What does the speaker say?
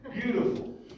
Beautiful